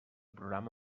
programa